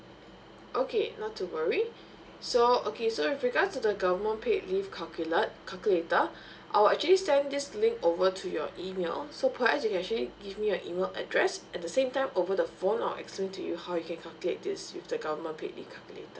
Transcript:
okay not to worry so okay so with regards to the government paid leave calculate calculator I'll actually send this link over to your email so perhaps you can actually give me your email address at the same time over the phone I'll explain to you how you can calculate this with the government paid leave calculator